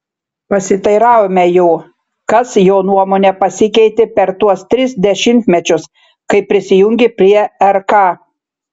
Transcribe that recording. pasiteiravome jo kas jo nuomone pasikeitė per tuos tris dešimtmečius kai prisijungė prie rk